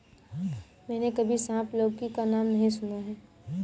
मैंने कभी सांप लौकी का नाम नहीं सुना है